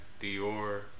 Dior